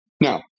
no